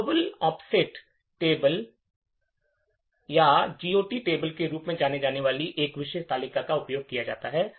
global offset table या GOT table के रूप में जानी जाने वाली एक विशेष तालिका का उपयोग किया जाता है